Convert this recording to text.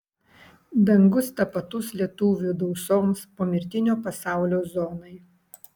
dangus tapatus lietuvių dausoms pomirtinio pasaulio zonai